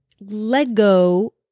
Lego